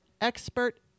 expert